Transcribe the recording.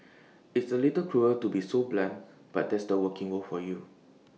it's A little cruel to be so blunt but that's the working world for you